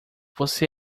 você